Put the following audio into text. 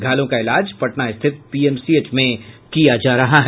घायलों का इलाज पटना स्थित पीएमसीएच में किया जा रहा है